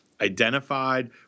identified